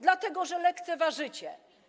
Dlatego że lekceważycie.